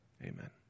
Amen